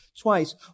twice